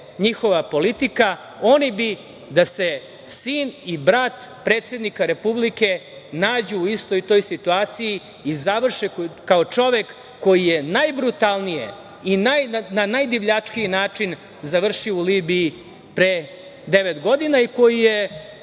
njihova politika, bi da se sin i brat predsednika Republike nađu u toj situaciji i završe kao čovek koji je najbrutalnije i na najdivljačkiji način završio u Libiji pre devet godina i koji,